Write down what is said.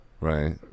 right